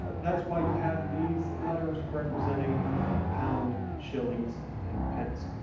that's why you have these letters representing pound, shillings and pence.